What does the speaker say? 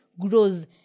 grows